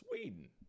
Sweden